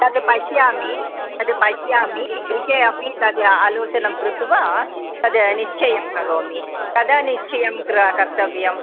तद् पश्यामि तद् पश्यामि गृहे अपि तद् आलोचनं कृत्वा तद् निश्चयं करोमि कदा निश्चयं क्र कर्तव्यं